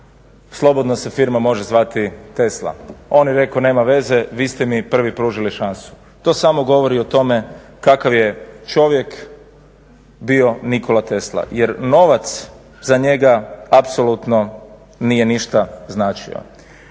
slobodno se firma može zvati tesla. On je rekao nema veze, vi ste mi prvi pružili šansu. To samo govorit o tome kakav je čovjek kakav je čovjek bio Nikola Tesla jer novac za njega apsolutno nije ništa značio.